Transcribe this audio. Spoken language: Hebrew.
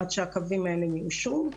עד שהקווים האלה יאושרו.